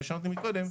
כמו שאמרתי קודם,